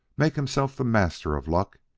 make himself the master of luck,